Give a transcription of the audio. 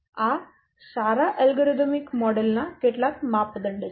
આ સારા algorithmic model ના કેટલાક માપદંડ છે